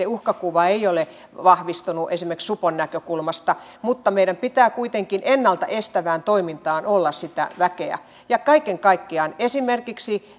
uhkakuva ei ole vahvistunut esimerkiksi supon näkökulmasta meillä pitää kuitenkin ennalta estävään toimintaan olla sitä väkeä ja kaiken kaikkiaan esimerkiksi